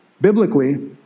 biblically